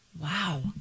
Wow